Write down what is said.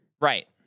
Right